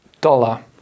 dollar